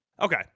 Okay